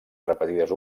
repetides